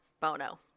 Bono